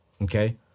Okay